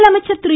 முதலமைச்சர் திரு